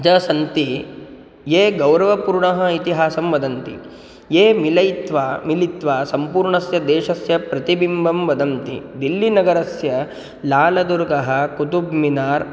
ज सन्ति ये गौरवपूर्णम् इतिहासं वदन्ति ये मिलित्वा मिलित्वा सम्पूर्णस्य देशस्य प्रतिबिम्बं वदन्ति दिल्लीनगरस्य लालदुर्गः कुतुब्मिनार्